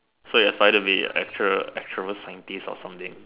so you're trying be a actual actual scientist or something